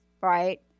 right